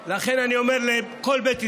לכן, אני אומר לכל בית ישראל: